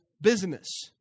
business